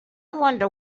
wonder